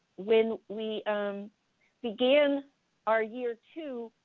when we began our year too,